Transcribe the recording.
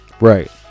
Right